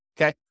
Okay